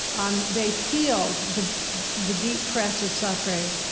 um they feel the the deep press of suffering,